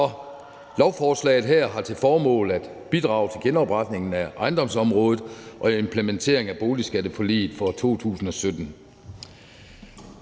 lovforslaget her har til formål at bidrage til genopretningen af ejendomsområdet og implementeringen af boligskatteforliget fra 2017.